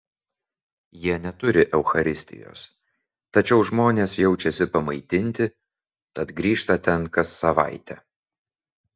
jie neturi eucharistijos tačiau žmonės jaučiasi pamaitinti tad grįžta ten kas savaitę